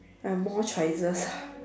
and more China